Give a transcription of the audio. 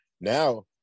Now